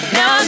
Now